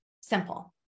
simple